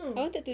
no